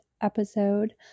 episode